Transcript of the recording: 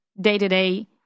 day-to-day